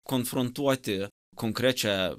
konfrontuoti konkrečią